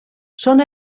són